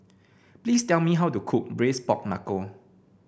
please tell me how to cook Braised Pork Knuckle